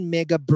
Mega